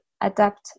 adapt